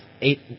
eight